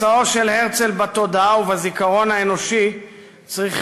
מסעו של הרצל בתודעה ובזיכרון האנושי צריך